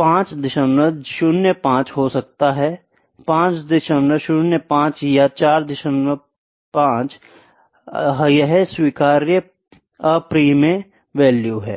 505 हो सकता है 505 या 45 यह स्वीकार्य अपरिमेय मूल्य है